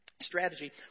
Strategy